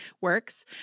works